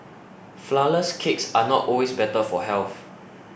Flourless Cakes are not always better for health